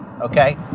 okay